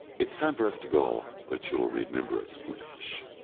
it's time for us to go but you'll remember us, guleesh!